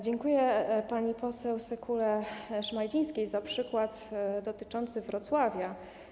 Dziękuję pani poseł Sekule-Szmajdzińskiej za przykład dotyczący Wrocławia.